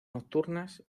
nocturnas